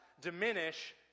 diminish